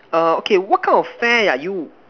err okay what kind of fair are you